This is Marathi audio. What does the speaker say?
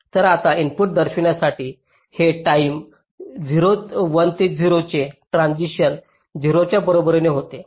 तर आता इनपुट दर्शविण्यासाठी हे टाईम 1 ते 0 चे ट्रान्सिशन्स 0 च्या बरोबरीने होते